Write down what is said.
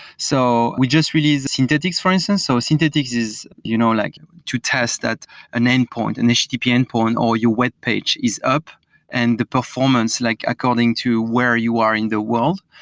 so we just released synthetics, for instance. so synthetics is you know like to test that an endpoint, and an http endpoint, or your webpage, is up and the performance like according to where you are in the world.